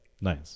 Nice